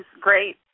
great